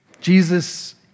Jesus